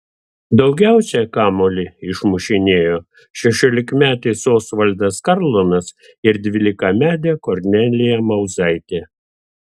daugiausiai kamuolį išmušinėjo šešiolikmetis osvaldas karlonas ir dvylikametė kornelija mauzaitė